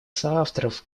соавторов